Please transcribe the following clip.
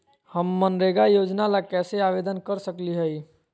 हम मनरेगा योजना ला कैसे आवेदन कर सकली हई?